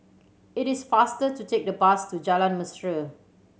it is faster to take the bus to Jalan Mesra